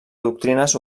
doctrines